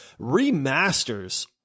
Remasters